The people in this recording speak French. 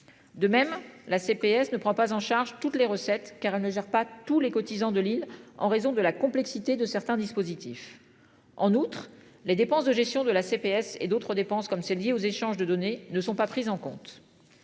De même la CPS ne prend pas en charge toutes les recettes car elle ne gère pas tous les cotisants de Lille en raison de la complexité de certains dispositifs. En outre, les dépenses de gestion de la CPS et d'autres dépenses, comme celles liées aux échanges de données ne sont pas prises en compte.